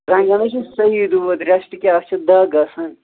زنٛگن حظ چھُ صحیح دود رٮ۪سٹ کیٛاہ اَتھ چھِ دگ آسان